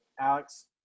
Alex